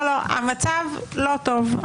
המצב לא טוב.